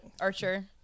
Archer